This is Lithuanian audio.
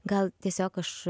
gal tiesiog aš